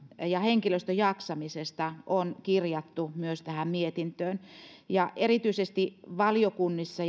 ja henkilöstön jaksamisesta on kirjattu myös tähän mietintöön erityisesti valiokunnissa